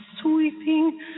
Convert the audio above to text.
sweeping